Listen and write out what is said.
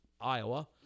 Iowa